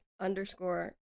underscore